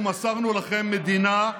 אתה מפריע לחבר הכנסת נתניהו,